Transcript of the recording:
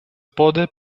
pode